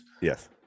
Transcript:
Yes